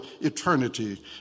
eternity